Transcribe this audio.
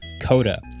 Coda